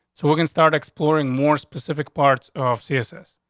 so we're gonna start exploring more specific parts of css.